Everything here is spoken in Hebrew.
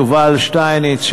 יובל שטייניץ,